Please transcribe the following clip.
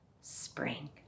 spring